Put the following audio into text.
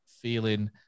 feeling